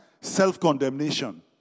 self-condemnation